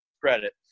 credit